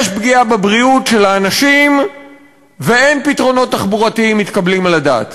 יש פגיעה בבריאות של האנשים ואין פתרונות תחבורתיים מתקבלים על הדעת.